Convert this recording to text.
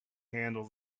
handle